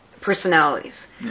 personalities